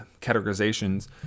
categorizations